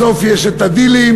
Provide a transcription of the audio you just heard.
בסוף יש את הדילים,